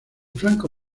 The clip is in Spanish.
flanco